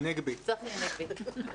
צחי הנגבי.